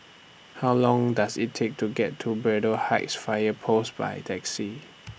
How Long Does IT Take to get to Braddell Heights Fire Post By Taxi